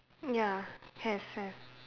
ya have have